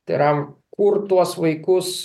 tai yra kur tuos vaikus